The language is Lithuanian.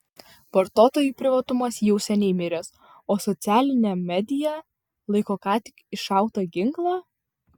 vartotojų privatumas jau seniai miręs o socialinė media laiko ką tik iššautą ginklą